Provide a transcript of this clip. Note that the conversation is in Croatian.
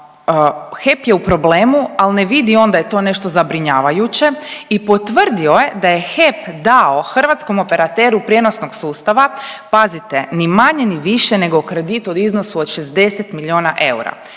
HEP je u problemu, ali ne vidi on da je to nešto zabrinjavajuće i potvrdio je da je HEP dao hrvatskom operateru prijenosnog sustava pazite ni manje, ni više nego kredit u iznosu od 60 milijuna eura.